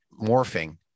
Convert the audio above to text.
morphing